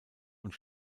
und